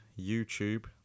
YouTube